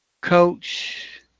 Coach